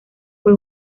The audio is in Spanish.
fue